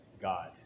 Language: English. God